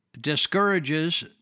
discourages